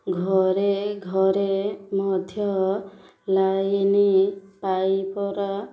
ଘରେ ଘରେ ମଧ୍ୟ ଲାଇନ୍ ପାଇପ୍ର